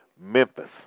Memphis